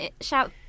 shout